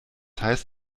heißt